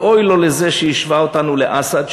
ואוי לו לזה שהשווה אותנו לאסד.